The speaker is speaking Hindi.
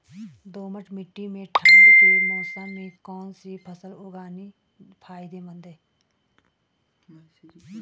दोमट्ट मिट्टी में ठंड के मौसम में कौन सी फसल उगानी फायदेमंद है?